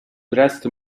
brest